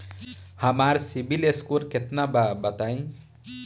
हमार CIBIL score केतना बा बताईं?